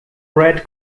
bread